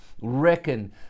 reckon